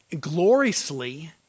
gloriously